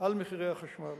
על מחירי החשמל,